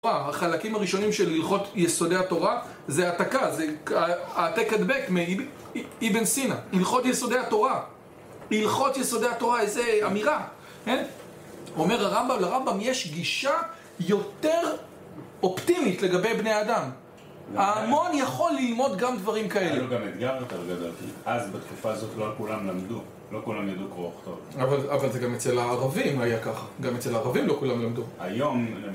החלקים הראשונים של הלכות יסודי התורה זה העתקה, זה העתק הדבק מאיבן סינא, הלכות יסודי התורה, הלכות יסודי התורה איזה אמירה, כן? אומר הרמב״ם, לרמב״ם יש גישה יותר אופטימית לגבי בני אדם, ההמון יכול ללמוד גם דברים כאלה, היה לו גם אתגר יותר גדול, אז בתקופה הזאת לא כולם למדו, לא כולם ידעו קרוא וכתוב, אבל זה גם אצל הערבים היה ככה, גם אצל הערבים לא כולם למדו, היום...